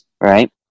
right